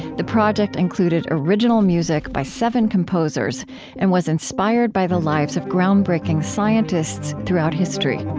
the project included original music by seven composers and was inspired by the lives of groundbreaking scientists throughout history